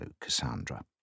Cassandra